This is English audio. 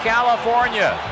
California